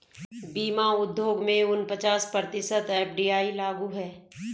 बीमा उद्योग में उनचास प्रतिशत एफ.डी.आई लागू है